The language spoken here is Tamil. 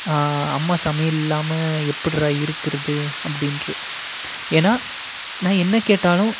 அம்மா சமையல் இல்லாமல் எப்புட்றா இருக்கிறது அப்படின்ட்டு ஏன்னா நான் என்ன கேட்டாலும்